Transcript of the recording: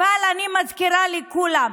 אבל אני מזכירה לכולם,